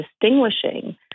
distinguishing